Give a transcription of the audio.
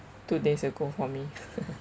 two days ago for me